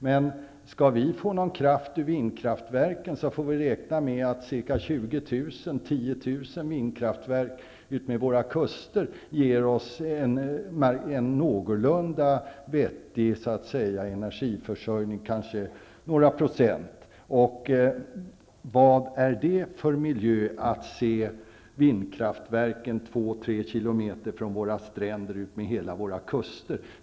Men skall vi få någon kraft ur dem får vi räkna med att 10 000--20 000 vindkraftverk utmed våra kuster ger oss en någorlunda vettig energiförsörjning, med kanske några procent. Vad är det för miljö att se vindkraftverken 2--3 kilometer från våra stränder utmed hela vår kust?